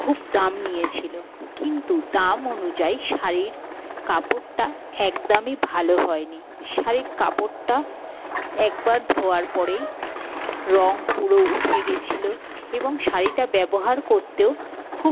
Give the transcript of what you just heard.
খুব দাম নিয়েছিল কিন্তু দাম অনুযায়ী শাড়ির কাপড়টা একদমই ভালো হয়নি শাড়ির কাপড়টা একবার ধোওয়ার পরেই রং পুরো উঠে গিয়েছিল এবং শাড়িটা ব্যবহার করতেও খুব